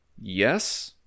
yes